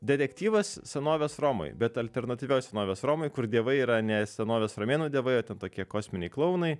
detektyvas senovės romoj bet alternatyvioj senovės romoj kur dievai yra ne senovės romėnų dievai tokie kosminiai klounai